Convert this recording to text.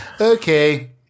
okay